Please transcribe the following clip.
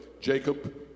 Jacob